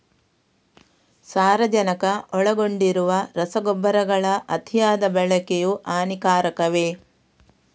ಸಾರಜನಕ ಒಳಗೊಂಡಿರುವ ರಸಗೊಬ್ಬರಗಳ ಅತಿಯಾದ ಬಳಕೆಯು ಹಾನಿಕಾರಕವೇ?